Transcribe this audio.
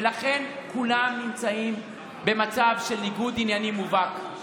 ולכן כולם נמצאים במצב של ניגוד עניינים מובהק.